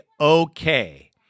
okay